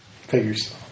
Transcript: Figures